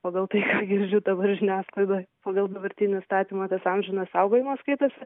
pagal tai ką girdžiu dabar žiniasklaidoj pagal dabartinį įstatymą tas amžinas saugojimas skaitosi